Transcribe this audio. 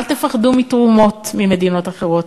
אל תפחדו מתרומות ממדינות אחרות.